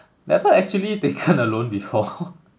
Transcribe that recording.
never actually taken a loan before